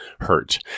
hurt